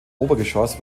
obergeschoss